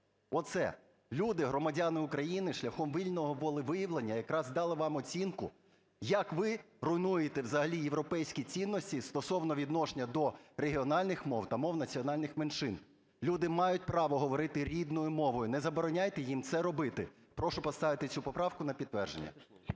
Оце. Люди, громадяни України, шляхом вільного волевиявлення якраз дали вам оцінку, як ви руйнуєте взагалі європейські цінності стосовно відношення до регіональних мов та мов національних меншин. Люди мають право говорити рідною мовою. Не забороняйте їм це робити. Прошу поставити цю поправку на підтвердження.